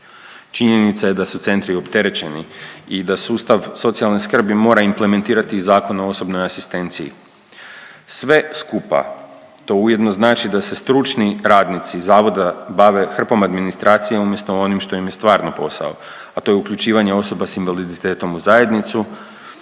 Činjenica je da su centri opterećeni i da sustav socijalne skrbi mora implementirati i Zakon o osobnoj asistenciji. Sve skupa to ujedno znači da se stručni radnici zavoda bave hrpom administracije umjesto onim što im je stvarno posao, a to je uključivanje osoba s invaliditetom u zajednicu,